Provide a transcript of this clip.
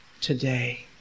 today